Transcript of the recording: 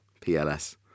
PLS